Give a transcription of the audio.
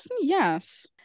Yes